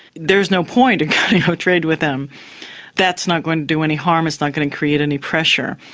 there's no point trade with them that's not going to do any harm, it's not going to create any pressure.